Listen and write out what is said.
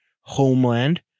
Homeland